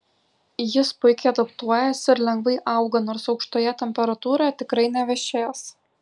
jis puikiai adaptuojasi ir lengvai auga nors aukštoje temperatūroje tikrai nevešės